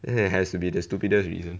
it has to be the stupidest reason